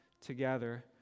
together